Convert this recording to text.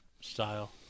Style